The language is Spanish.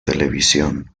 televisión